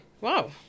Wow